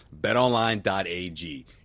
betonline.ag